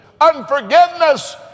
Unforgiveness